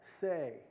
say